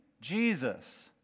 Jesus